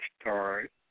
start